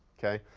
okay.